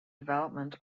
development